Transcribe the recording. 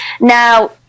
now